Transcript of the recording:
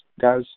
guys